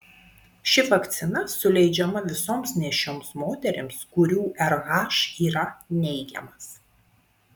ši vakcina suleidžiama visoms nėščioms moterims kurių rh yra neigiamas